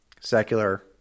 secular